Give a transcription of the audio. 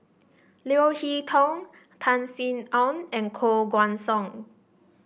Leo Hee Tong Tan Sin Aun and Koh Guan Song